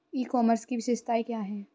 ई commerce की विशेषताएं क्या हैं?